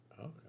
Okay